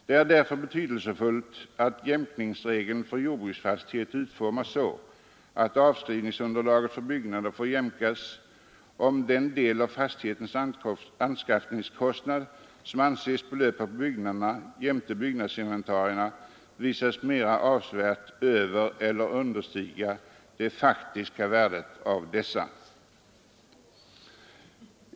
Det är därför betydelsefullt att jämkningsregeln för jordbruksfastighet utformas så, att avskrivningsunderlaget för byggnader får jämkas om den del av fastighetens anskaffningskostnad som anses belöpa på byggnaderna jämte byggnadsinventarier visar sig mera avsevärt övereller understiga det faktiska värdet av dessa.